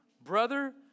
brother